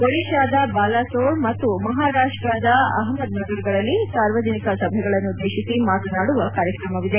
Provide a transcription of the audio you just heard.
ಒಡಿಶಾದ ಬಾಲಸೋರ್ ಮತ್ತು ಮಹಾರಾಷ್ಟ್ ಅಹಮದ್ ನಗರಗಳಲ್ಲಿ ಸಾರ್ವಜನಿಕ ಸಭೆಗಳನ್ನುದ್ಗೇಶಿಸಿ ಮಾತನಾದುವ ಕಾರ್ಯಕ್ರಮವಿದೆ